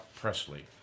Presley